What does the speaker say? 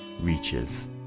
reaches